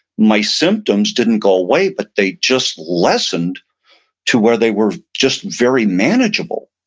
my symptoms didn't go away but they just lessened to where they were just very manageable.